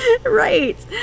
Right